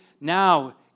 now